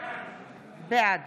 בעד